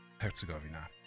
Herzegovina